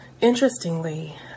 interestingly